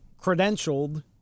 credentialed